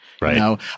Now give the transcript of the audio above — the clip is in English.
Right